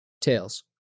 tails